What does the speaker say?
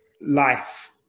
life